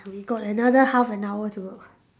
we got another half an hour to go